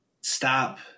stop